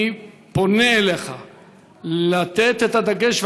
אני פונה אליך לתת את הדגש,